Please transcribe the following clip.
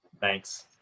Thanks